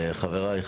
חבריי,